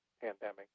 pandemic